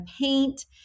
paint